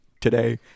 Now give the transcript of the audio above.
Today